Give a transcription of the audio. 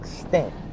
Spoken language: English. extent